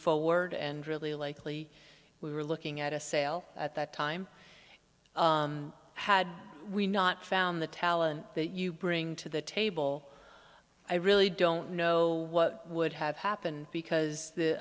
forward and really likely we were looking at a sale at that time had we not found the talent that you bring to the table i really don't know what would have happened because the